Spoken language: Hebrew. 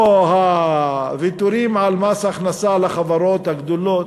או הוויתורים על מס הכנסה לחברות הגדולות,